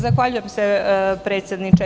Zahvaljujem se predsedniče.